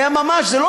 זה לא